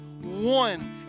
one